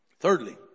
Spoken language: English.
Thirdly